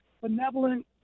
benevolent